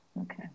Okay